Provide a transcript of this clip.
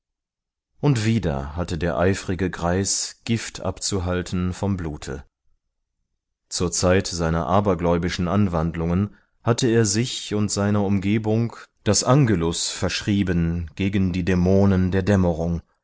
und wieder hatte der eifrige greis gift abzuhalten vom blute zur zeit seiner abergläubischen anwandlungen hatte er sich und seiner umgebung das angelus verschrieben gegen die dämonen der dämmerung